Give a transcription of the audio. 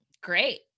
great